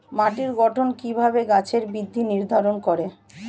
মাটির গঠন কিভাবে গাছের বৃদ্ধি নির্ধারণ করে?